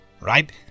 Right